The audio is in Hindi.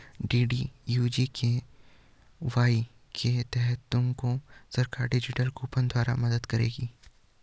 डी.डी.यू जी.के.वाई के तहत तुमको सरकार डिजिटल कूपन द्वारा मदद करेगी